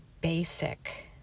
basic